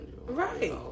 Right